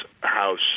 house